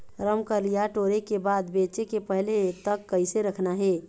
रमकलिया टोरे के बाद बेंचे के पहले तक कइसे रखना हे?